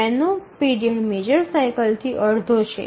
તેનો period major cycle થી અડધો છે